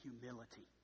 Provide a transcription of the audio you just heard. humility